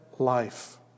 Life